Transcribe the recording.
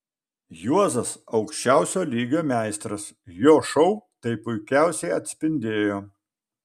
juozas aukščiausio lygio meistras jo šou tai puikiausiai atspindėjo